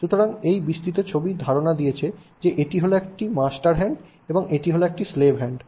সুতরাং তিনি এই বিস্তৃত ছবি ধারণা দিয়েছে যে এটি হলো একটি মা মাস্টার হ্যান্ড এবং এটি স্লেভ হ্যান্ড